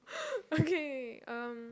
okay um